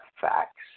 facts